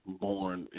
born